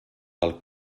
del